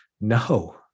No